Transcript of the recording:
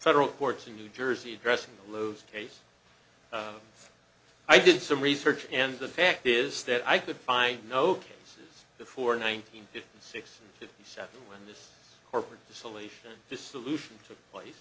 federal courts in new jersey addressing those case i did some research and the fact is that i could find no cases before nine hundred fifty six fifty seven when this corporate dissolution dissolution took place